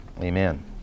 Amen